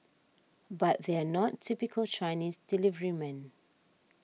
but they're not typical Chinese deliverymen